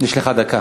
יש לך דקה.